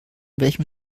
welchen